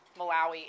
Malawi